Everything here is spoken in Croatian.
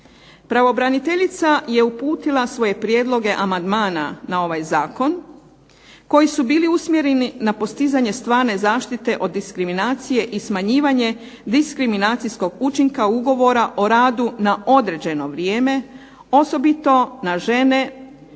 Pravobraniteljica je uputila svoje prijedloge amandmana na ovaj zakon koji su bili usmjereni na postizanje stvarne zaštite od diskriminacije i smanjivanje diskriminacijskog učinka ugovora o radu na određeno vrijeme, osobito na žene,